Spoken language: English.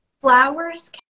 flowers